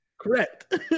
Correct